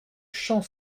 champ